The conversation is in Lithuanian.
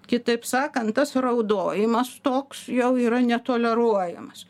kitaip sakan tas raudojimas toks jau yra netoleruojamas